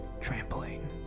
trampling